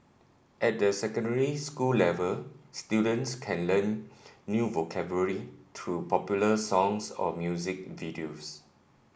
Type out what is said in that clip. at the secondary school level students can learn new vocabulary through popular songs or music videos